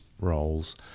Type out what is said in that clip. roles